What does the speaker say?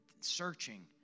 searching